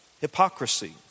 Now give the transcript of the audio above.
hypocrisy